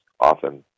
often